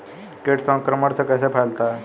कीट संक्रमण कैसे फैलता है?